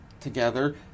together